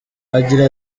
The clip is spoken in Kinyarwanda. agira